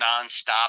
nonstop